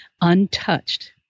untouched